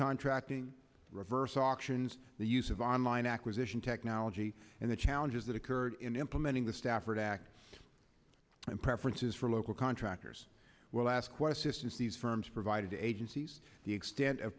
contracting reverse auctions the use of online acquisition tech now ology and the challenges that occurred in implementing the stafford act and preferences for local contractors will ask questions these firms provided agencies the extent of